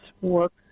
work